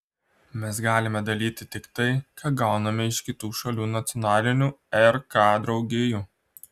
mes galime dalyti tik tai ką gauname iš kitų šalių nacionalinių rk draugijų